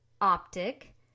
optic